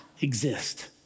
exist